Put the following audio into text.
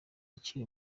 akiri